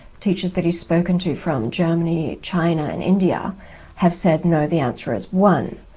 teachers that he's spoken to from germany, china, and india have said no, the answer is one.